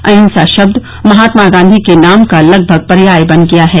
अहिंसा शब्द महात्मा गांधी के नाम का लगभग पर्याय बन गया है